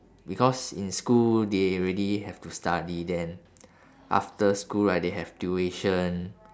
because in school they already have to study then after school right they have tuition